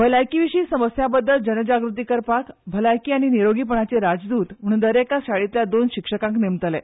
भलायकी विशीं समस्या बदल लोकजागृताय करपाक भलायकी आनी निरोगीपणाचे राजदूत म्हणून दरेका शाळेंतल्या दोन शिक्षकांक नेमतले